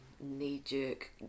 knee-jerk